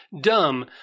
dumb